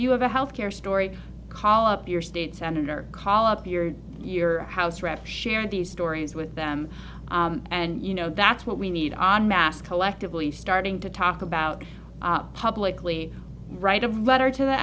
you have a health care story call up your state senator call up your your house arrest share these stories with them and you know that's what we need on mass collectively starting to talk about publicly write a letter to the